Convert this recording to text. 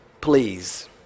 Please